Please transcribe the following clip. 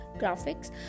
graphics